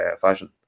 fashion